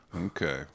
okay